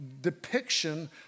depiction